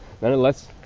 Nonetheless